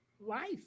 life